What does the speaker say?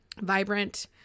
vibrant